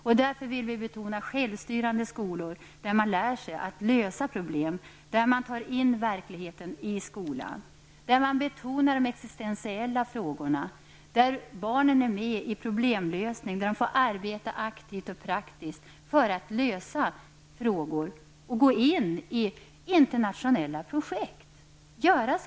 Vi vill betona betydelsen av självstyrande skolor där eleverna lär sig att lösa problem, där verkligheten tas in i skolan, där man betonar de existentiella frågorna, där eleverna är med om problemlösningar och får arbeta aktivt och praktiskt för att lösa problemen. De får också gå med i internationella projekt och göra olika saker.